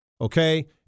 okay